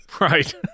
Right